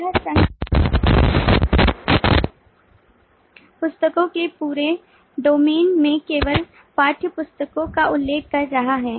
यह संघ पुस्तकों के पूरे डोमेन में केवल पाठ्यपुस्तकों का उल्लेख कर रहा है